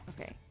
okay